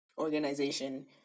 organization